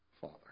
Father